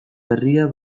berria